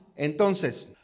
Entonces